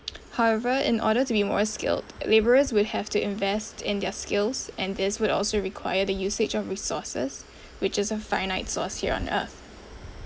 however in order to be more skilled labourers will have to invest in their skills and this would also require the usage of resources which is a finite source here on earth